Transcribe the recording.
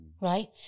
right